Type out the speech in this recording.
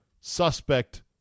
suspect